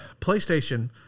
PlayStation